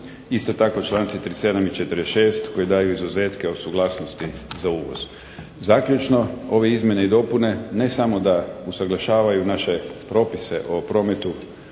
isto tako članci 37. i 46. koji daju izuzetke o suglasnosti za uvoz. Zaključno ove izmjene i dopune ne samo da usaglašavaju naše propise o prometu,